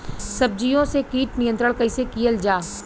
सब्जियों से कीट नियंत्रण कइसे कियल जा?